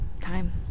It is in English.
time